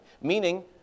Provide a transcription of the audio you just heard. meaning